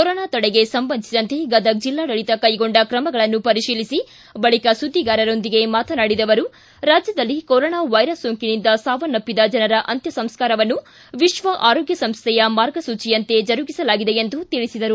corona ತಡೆಗೆ ಸಂಬಂಧಿಸಿದಂತೆ ಗದಗ ಜಿಲ್ಲಾಡಳಿತ ಕೈಗೊಂಡ ಕ್ರಮಗಳನ್ನು ಪರೀತೀಲಿಸಿ ಬಳಿಕ ಸುದ್ದಿಗಾರರೊಂದಿಗೆ ಮಾತನಾಡಿದ ಅವರು ರಾಜ್ಯದಲ್ಲಿ ಕೊರೋನಾ ವೈರಸ್ ಸೋಂಕಿನಿಂದ ಸಾವನ್ನಪ್ಪಿದ ಜನರ ಅಂತ್ಯ ಸಂಸ್ಕಾರವನ್ನು ವಿಶ್ವ ಆರೋಗ್ಯ ಸಂಸ್ವೆಯ ಮಾರ್ಗಸೂಚಿಯಯತೆ ಜರುಗಿಸಲಾಗಿದೆ ಎಂದು ತಿಳಿಸಿದರು